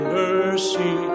mercy